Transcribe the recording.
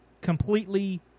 completely